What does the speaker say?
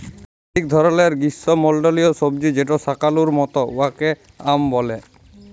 ইক ধরলের গিস্যমল্ডলীয় সবজি যেট শাকালুর মত উয়াকে য়াম ব্যলে